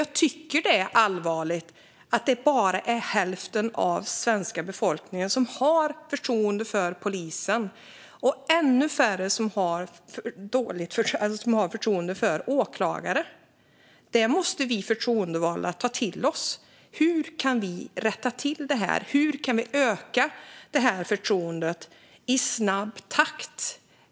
Jag tycker att det är allvarligt att det bara är hälften av svenska befolkningen som har förtroende för polisen och ännu färre som har förtroende för åklagare. Det måste vi förtroendevalda ta till oss. Hur kan vi rätta till det? Hur kan vi i snabb takt öka förtroendet?